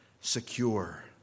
secure